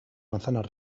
manzanas